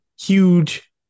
huge